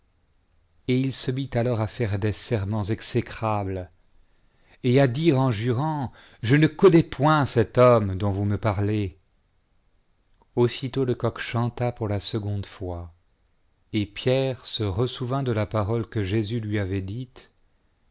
et il se mit alors à faire des serments exécrables et à dire en jurant je ne connais point cet homme dont vous me parlez aussitôt le coq chanta pour la seconde fois et pierre se ressouvint de la parole que jésus lui avait dite